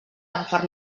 agafar